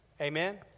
Amen